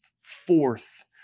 fourth